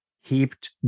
heaped